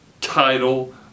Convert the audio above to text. title